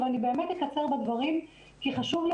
אני באמת אקצר בדברים כי חשוב לי,